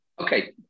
Okay